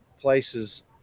places